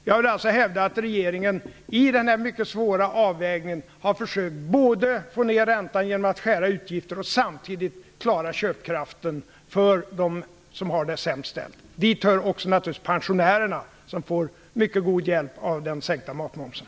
Jag vill alltså hävda att regeringen i den här mycket svåra avvägningen har försökt både att få ner räntan genom att skära i utgifterna och att klara köpkraften för dem som har det sämst ställt. Dit hör naturligtvis också pensionärerna, som får mycket god hjälp av den sänkta matmomsen.